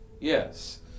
Yes